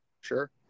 Sure